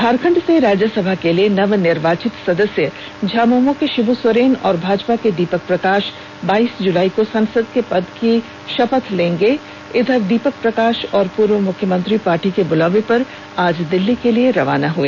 झारखंड से राज्यसभा के लिए नवनिर्वाचित सदस्य झामुमो के शिबू सोरेन और भाजपा के दीपक प्रकाश बाइस जुलाई को सांसद के पद की शपथ लेंगे इधर दीपक प्रकाश और पूर्व मुख्यमंत्री पार्टी के बुलावे पर आज दिल्ली के लिए रवाना हुए